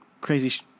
Crazy